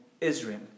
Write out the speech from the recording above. Israel